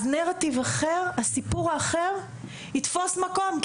אז נרטיב אחר, סיפור אחר יתפוס מקום.